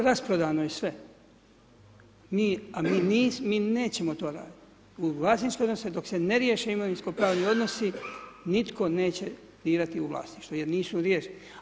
Rasprodano je sve a mi nećemo to raditi, u vlasničke odnose dok se ne riješe imovinskopravni odnosi nitko neće dirati u vlasništvo jer nisu riješeni.